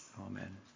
Amen